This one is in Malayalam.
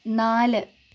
നാല്